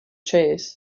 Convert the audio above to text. chase